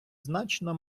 значно